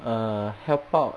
err help out